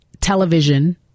television